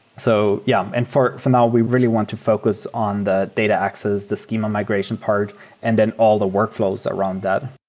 so yeah. um and for for now, we really want to focus on the data access, the schema migration part and then all the workflows around that.